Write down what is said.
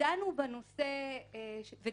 ודנו בו שוב.